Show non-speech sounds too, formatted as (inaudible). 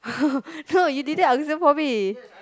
(laughs) no you didn't answer for me